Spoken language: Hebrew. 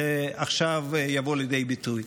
עכשיו יבוא לידי ביטוי.